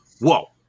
whoa